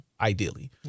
ideally